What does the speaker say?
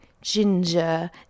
ginger